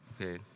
Okay